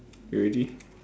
you ready